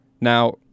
Now